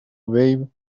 wave